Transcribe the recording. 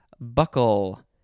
buckle